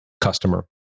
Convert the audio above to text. customer